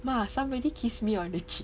ma somebody kiss me on the cheek